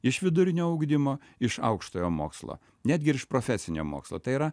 iš vidurinio ugdymo iš aukštojo mokslo netgi ir iš profesinio mokslo tai yra